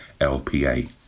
LPA